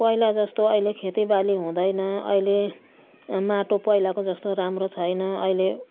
पहिलाजस्तो अहिले खेतीबाली हुँदैन अहिले माटो पहिलाको जस्तो राम्रो छैन अहिले